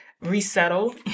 resettle